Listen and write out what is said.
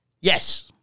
Yes